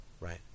right